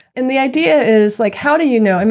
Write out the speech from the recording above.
and the idea is like how do you know?